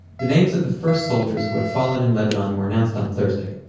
the names of the first soldiers who had fallen in lebanon were announced on thursday,